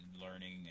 learning